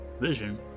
Vision